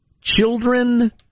children